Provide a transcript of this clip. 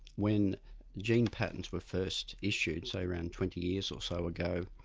when gene patents were first issued, say around twenty years or so ago,